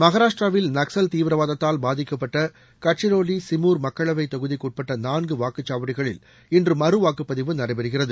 மகாராஷ்டிராவில் நக்ஸல் தீவிரவாதத்தால் பாதிக்கப்பட்ட கட்சிரோலி சிமூர் மக்களவைத் தொகுதிக்குட்பட்ட நான்கு வாக்குச்சாவடிகளில் இன்று மறுவாக்குப்பதிவு நடைபெறுகிறது